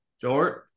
George